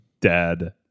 Dad